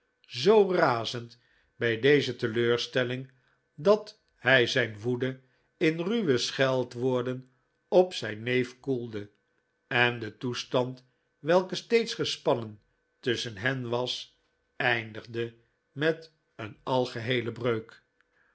zoo razend bij deze teleurstelling dat hij zijn woede in ruwe scheldwoorden op zijn neef koelde en de toestand welke steeds gespannen tusschen hen was eindigde met een algeheele breuk